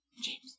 James